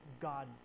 God